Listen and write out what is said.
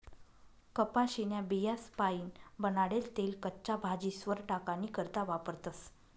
कपाशीन्या बियास्पाईन बनाडेल तेल कच्च्या भाजीस्वर टाकानी करता वापरतस